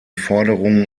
forderungen